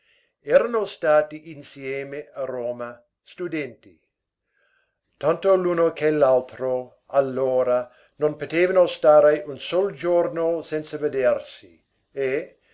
erano stati insieme a roma studenti tanto l'uno che l'altro allora non potevano stare un sol giorno senza vedersi e